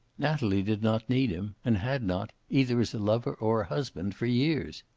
natalie did not need him, and had not, either as a lover or a husband, for years.